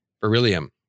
Beryllium